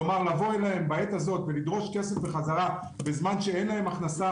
לבוא אליהם בעת הזאת ולדרוש כסף בחזרה בזמן שאין להם הכנסה